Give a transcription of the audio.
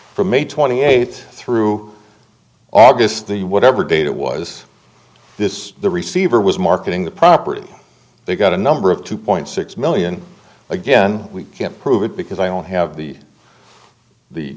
a twenty eight through august the whatever date it was this the receiver was marketing the property they've got a number of two point six million again we can't prove it because i don't have the the